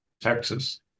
Texas